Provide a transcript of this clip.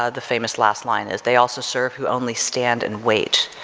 ah the famous last line is they also serve who only stand and wait.